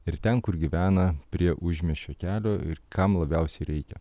ir ten kur gyvena prie užmiesčio kelio ir kam labiausiai reikia